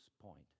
point